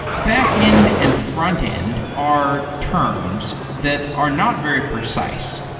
backend and frontend are terms that are not very precise.